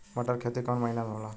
मटर क खेती कवन महिना मे होला?